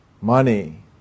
Money